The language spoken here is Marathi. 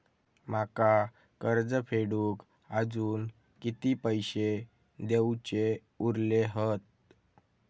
माका कर्ज फेडूक आजुन किती पैशे देऊचे उरले हत?